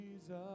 Jesus